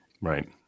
Right